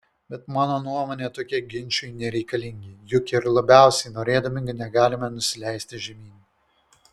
bet mano nuomone tokie ginčai nereikalingi juk ir labiausiai norėdami negalime nusileisti žemyn